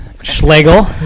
Schlegel